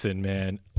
man